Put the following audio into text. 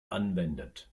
anwendet